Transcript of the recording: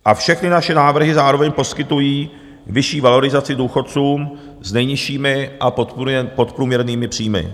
A všechny naše návrhy zároveň poskytují vyšší valorizaci důchodcům s nejnižšími a podprůměrnými příjmy.